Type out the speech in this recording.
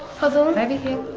puzzle.